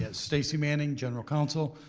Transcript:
ah stacey manning, general counsel.